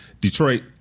Detroit